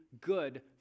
good